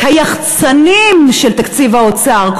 יחצנים של תקציב האוצר,